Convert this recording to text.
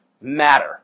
matter